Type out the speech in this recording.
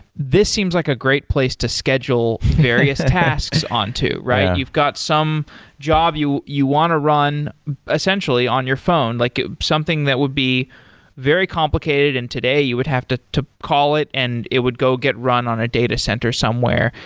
this seems like a great place to schedule various tasks on to, right? you've got some job you you want to run essentially on your phone, like something that would be very complicated and today you would have to to call it and it would go get run on a data center somewhere.